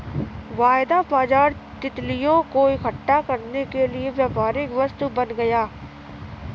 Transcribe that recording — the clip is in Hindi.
वायदा बाजार तितलियों को इकट्ठा करने के लिए व्यापारिक वस्तु बन गया